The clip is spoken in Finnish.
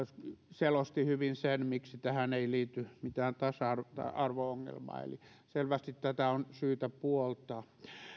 selosti hyvin myös sen miksi tähän ei liity mitään tasa arvo ongelmaa eli selvästi tätä on syytä puoltaa